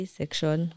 section